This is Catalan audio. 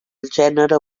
gènere